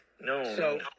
No